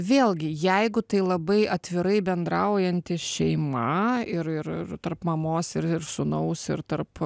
vėlgi jeigu tai labai atvirai bendraujanti šeima ir ir ir tarp mamos ir ir sūnaus ir tarp